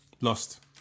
Lost